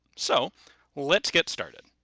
so let's get started.